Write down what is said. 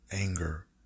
anger